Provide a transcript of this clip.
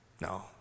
No